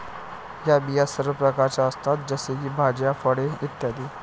या बिया सर्व प्रकारच्या असतात जसे की भाज्या, फळे इ